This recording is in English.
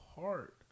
heart